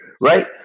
right